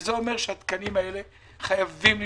זה אומר שהתקנים האלה חייבים להישאר,